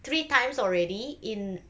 three times already in